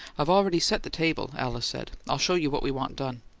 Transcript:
i've already set the table, alice said. i'll show you what we want done.